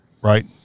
right